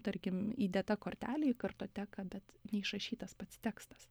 tarkim įdėta kortelė į kartoteką bet neišrašytas pats tekstas